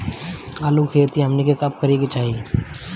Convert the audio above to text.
आलू की खेती हमनी के कब करें के चाही?